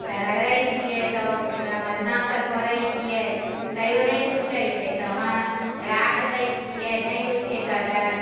तऽ रगड़ैत छियै तऽ मजनासँ करैत छियै तैयो नहि छुटैत छै तहन राख दय छियै नहि होइत छै तऽ